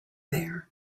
there